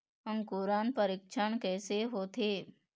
अंकुरण परीक्षण कैसे होथे?